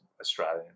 Australian